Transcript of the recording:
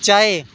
चाहे